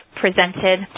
presented